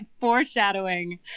foreshadowing